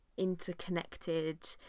interconnected